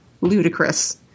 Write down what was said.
ludicrous